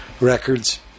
records